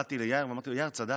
באתי ליאיר ואמרתי לו: יאיר, צדקת.